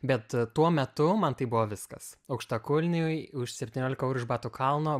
bet tuo metu man tai buvo viskas aukštakulniai už septyniolika eurų iš batų kalno